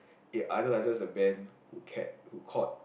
it idolises the man who kept who caught